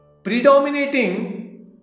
predominating